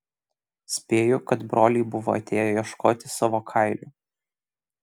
spėju kad broliai buvo atėję ieškot savo kailių